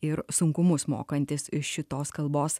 ir sunkumus mokantis šitos kalbos